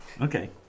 Okay